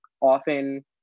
often